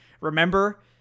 Remember